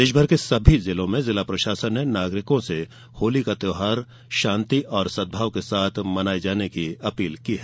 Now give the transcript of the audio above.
प्रदेश भर के सभी जिलों में जिला प्रशासन ने नागरिकों से होली का त्यौहार शान्ति और सद्भाव के साथ मनाने की अपील की है